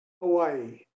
Hawaii